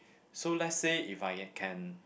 so let's say if I can